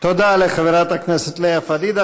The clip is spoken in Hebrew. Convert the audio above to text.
תודה לחברת הכנסת לאה פדידה.